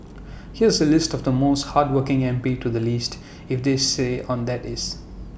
here's A list of the most hardworking M P to the least if they stay on that is